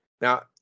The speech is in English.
Now